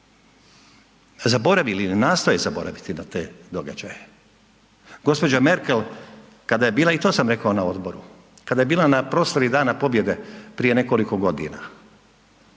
zaboravili ili nastoje zaboraviti na te događaje. Gospođa Merkel kada je bila i to sam rekao na odboru, kada je bila na proslavi Dana pobjede prije nekoliko godina